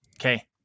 okay